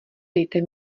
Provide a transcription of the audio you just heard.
dejte